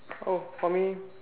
oh for me